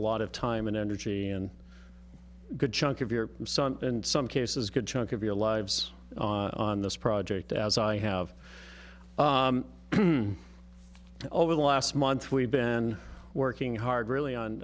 lot of time and energy and a good chunk of your sun and some cases good chunk of your lives on this project as i have over the last month we've been working hard really